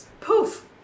poof